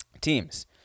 teams